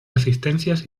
asistencias